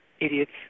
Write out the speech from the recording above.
idiots